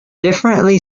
differently